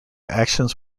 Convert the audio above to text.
actions